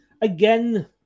again